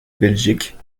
belgique